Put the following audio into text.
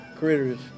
Critters